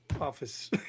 office